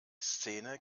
szene